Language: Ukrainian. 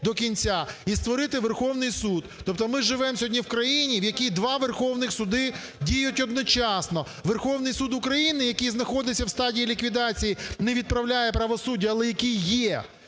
до кінця, і створити Верховний Суд. Тобто ми живемо сьогодні в країні, в якій два верховних суди діють одночасно: Верховний Суд України, який знаходиться в стадії ліквідації, не відправляє правосуддя, але який є,